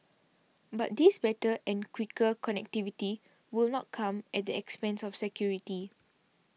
but this better and quicker connectivity will not come at the expense of security